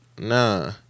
Nah